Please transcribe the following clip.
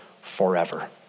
forever